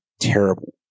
Terrible